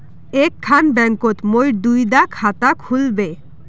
एक खान बैंकोत मोर दुई डा खाता खुल बे?